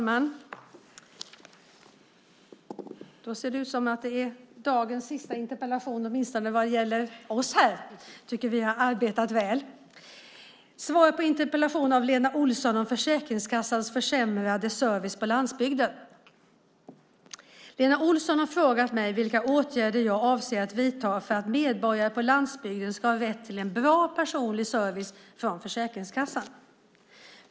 Herr talman! Lena Olsson har frågat mig vilka åtgärder jag avser att vidta för att medborgare på landsbygden ska ha rätt till en bra personlig service från Försäkringskassan.